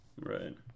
Right